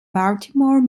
baltimore